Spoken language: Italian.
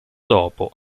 dopo